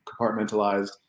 compartmentalized